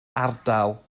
ardal